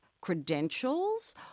credentials